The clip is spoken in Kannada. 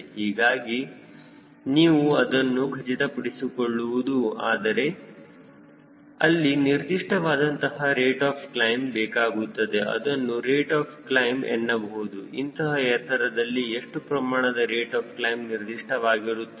ಹೀಗಾಗಿ ನೀವು ಅದನ್ನು ಖಚಿತಪಡಿಸಿಕೊಳ್ಳುವುದು ಆದರೆ ಅಲ್ಲಿ ನಿರ್ದಿಷ್ಟ ವಾದಂತಹ ರೇಟ್ ಆಫ್ ಕ್ಲೈಮ್ ಬೇಕಾಗುತ್ತದೆ ಅದನ್ನು rate of climb B star ಎನ್ನಬಹುದು ಇಂತಹ ಎತ್ತರದಲ್ಲಿ ಇಷ್ಟು ಪ್ರಮಾಣದ ರೇಟ್ ಆಫ್ ಕ್ಲೈಮ್ ನಿರ್ದಿಷ್ಟವಾಗಿರುತ್ತದೆ